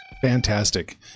Fantastic